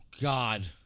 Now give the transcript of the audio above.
God